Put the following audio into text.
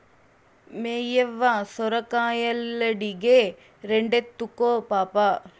మేయవ్వ సొరకాయలడిగే, రెండెత్తుకో పాపా